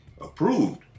Approved